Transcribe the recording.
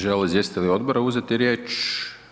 Žele li izvjestitelji odbora uzeti riječ?